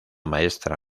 maestra